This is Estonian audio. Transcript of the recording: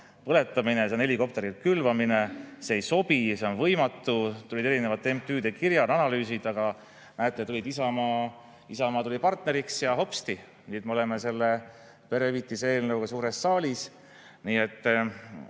põletamine, see on helikopterilt külvamine, see ei sobi, see on võimatu. Tulid erinevate MTÜ-de kirjad, analüüsid. Ja näete, Isamaa tuli partneriks ja hopsti, nüüd me oleme selle perehüvitise eelnõuga suures saalis. Nii et,